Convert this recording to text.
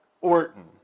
Orton